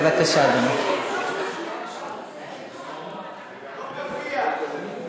לא מופיע.